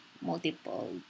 multiple